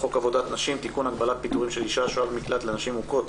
עבודת נשים (תיקון - הגבלת פיטורים של אישה השוהה במקלט לנשים מוכות),